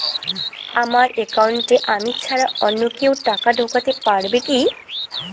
আমার একাউন্টে আমি ছাড়া অন্য কেউ টাকা ঢোকাতে পারবে কি?